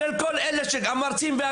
בין מרצים,